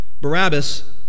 Barabbas